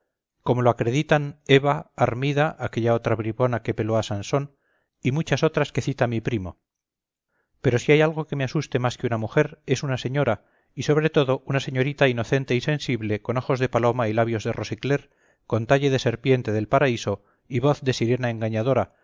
como lo acreditan eva armida aquella otra bribona que peló a sansón y muchas otras que cita mi primo pero si hay algo que me asuste más que una mujer es una señora y sobre todo una señorita inocente y sensible con ojos de paloma y labios de rosicler con talle de serpiente del paraíso y voz